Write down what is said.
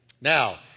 Now